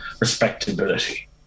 respectability